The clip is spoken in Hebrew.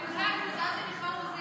הוא מקוזז.